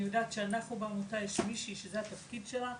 אני יודעת שאנחנו בעמותה יש מישהי שזה התפקיד שלה,